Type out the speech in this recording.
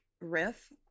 riff